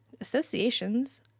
Associations